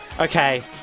Okay